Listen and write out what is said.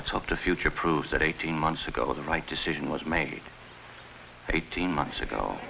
let's hope the future proves that eighteen months ago the right decision was made eighteen months